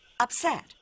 upset